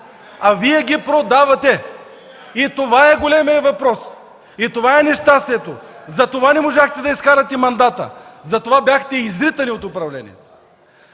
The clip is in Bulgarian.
шум и реплики.) Това е големият въпрос и това е нещастието – затова не можахте да изкарате мандата, затова бяхте изритани от управлението.